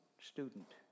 student